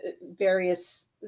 various